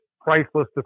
priceless